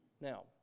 Now